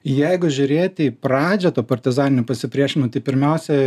jeigu žiūrėti į pradžią to partizaninio pasipriešinimo tai pirmiausia